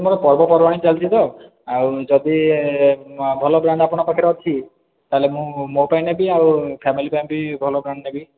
ଆମର ପର୍ବପର୍ବାଣୀ ଚାଲିଛି ତ ଆଉ ଯଦି ଭଲ ପ୍ୟାଣ୍ଟ୍ ଆପଣଙ୍କ ପାଖରେ ଅଛି ତା'ହେଲେ ମୁଁ ମୋ ପାଇଁ ନେବି ଆଉ ଫାମିଲି ପାଇଁ ବି ଭଲ ପ୍ୟାଣ୍ଟ୍ ନେବି